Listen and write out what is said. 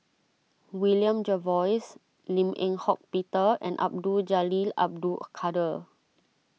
William Jervois Lim Eng Hock Peter and Abdul Jalil Abdul Kadir